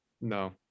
No